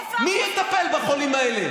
יואב, זה אחוז מאומתים, מי יטפל בחולים האלה?